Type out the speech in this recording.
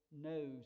knows